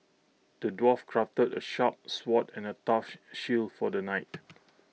the dwarf crafted A sharp sword and A tough shield for the knight